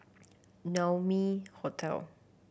Naumi Hotel